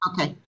Okay